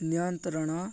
ନିୟନ୍ତ୍ରଣ